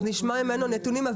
נשמע ממנו נתונים,